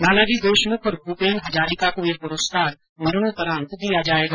नानाजी देशमुख और भूपेन हजारिका को यह पुरस्कार मरणोपरांत दिया जायेगा